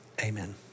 Amen